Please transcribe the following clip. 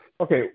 Okay